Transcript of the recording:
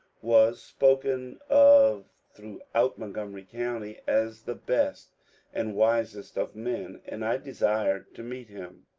was spoken of throughout montgomery county as the best and wisest of men, and i desired to meet him.